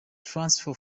transfer